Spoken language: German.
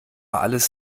alles